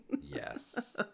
Yes